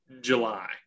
july